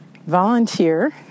volunteer